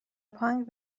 پانگ